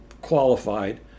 qualified